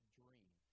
dream